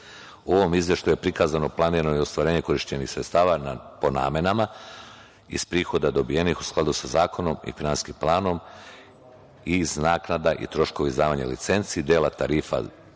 ovom izveštaju je prikazano planirano ostvarenje korišćenih sredstava po namenama iz prihoda dobijenih u skladu sa zakonom i finansijskim planom iz naknada i troškova izdavanja licenci, dela tarifa